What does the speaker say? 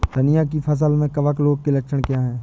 धनिया की फसल में कवक रोग के लक्षण क्या है?